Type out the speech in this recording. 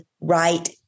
right